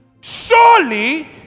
surely